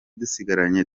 dusigaranye